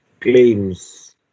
claims